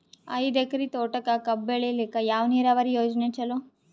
ಐದು ಎಕರೆ ತೋಟಕ ಕಬ್ಬು ಬೆಳೆಯಲಿಕ ಯಾವ ನೀರಾವರಿ ಯೋಜನೆ ಚಲೋ?